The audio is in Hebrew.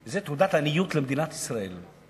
זו תעודת עניות למדינת ישראל.